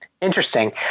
interesting